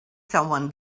someone